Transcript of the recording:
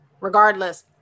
Regardless